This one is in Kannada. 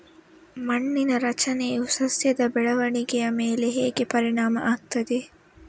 ಮಣ್ಣಿನ ರಚನೆಯು ಸಸ್ಯದ ಬೆಳವಣಿಗೆಯ ಮೇಲೆ ಹೇಗೆ ಪರಿಣಾಮ ಆಗ್ತದೆ?